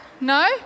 no